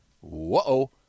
whoa